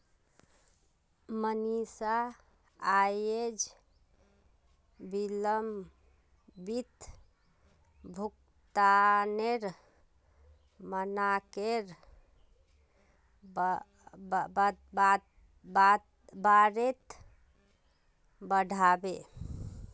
मनीषा अयेज विलंबित भुगतानेर मनाक्केर बारेत पढ़बे